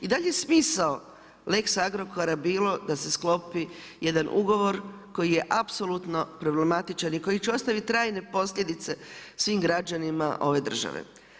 I da li je smisao lex Agrokora bilo da se sklopi jedan ugovor koji je apsolutno problematično i koji će ostaviti trajne posljedice svim građanima ove države.